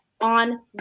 on